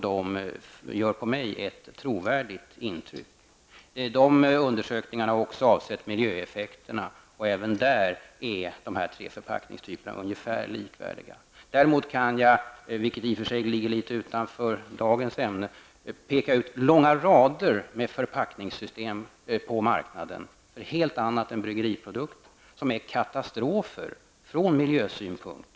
De gör på mig ett trovärdigt intryck. Dessa undersökningar har också avsett miljöeffekterna, och även där är dessa tre förpackningstyper ungefär likvärdiga. Däremot kan jag, vilket i och för sig ligger litet utanför dagens ämne, peka ut långa rader med förpackningssystem på marknaden för helt andra saker än bryggeriprodukter som är katastrofer utifrån miljösynpunkt.